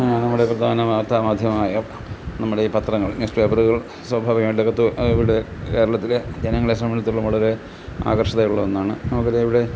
നമ്മുടെ പ്രധാന വാർത്താമാധ്യമമായ നമ്മുടെ ഈ പത്രങ്ങൾ ന്യൂസ്പേപ്പറുകൾ സ്വാഭാവികമായിട്ട് അകത്ത് ഇവിടെ കേരളത്തിലെ ജനങ്ങളെ സംബന്ധിച്ചെടുത്തോളം വളരെ ആകർഷതയുള്ള ഒന്നാണ് നമുക്കറിയാം ഇവിടെ